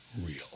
real